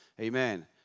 Amen